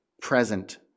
present